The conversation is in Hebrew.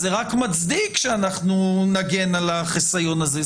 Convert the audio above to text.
זה רק מצדיק שאנחנו נגן על החיסיון הזה.